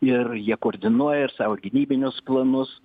ir jie koordinuoja ir savo gynybinius planus